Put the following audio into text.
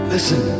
Listen